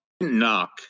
Knock